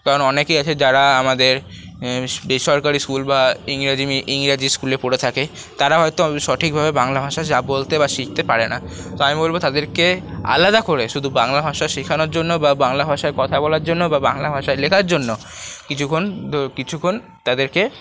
কারণ অনেকেই আছে যারা আমাদের বেসরকারি স্কুল বা ইংরাজি ইংরাজি স্কুলে পড়ে থাকে তারা হয়তো সঠিকভাবে বাংলা ভাষা বলতে বা শিখতে পারে না তো আমি বলবো তাদেরকে আলাদা করে শুধু বাংলা ভাষা শেখানোর জন্য বা বাংলা ভাষায় কথা বলার জন্য বা বাংলা ভাষায় লেখার জন্য কিছুক্ষণ কিছুক্ষণ তাদেরকে